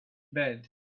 bed